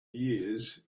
years